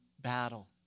battle